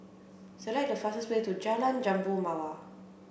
select the fastest way to Jalan Jambu Mawar